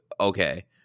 okay